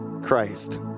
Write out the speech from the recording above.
Christ